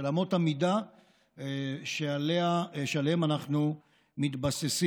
של אמות המידה שעליהן אנחנו מתבססים.